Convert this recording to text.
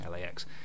LAX